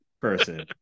person